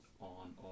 on